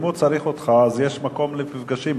אם הוא צריך אותך יש מקום למפגשים,